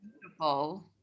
beautiful